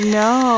no